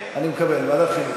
אני מקבל.